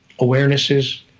awarenesses